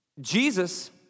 Jesus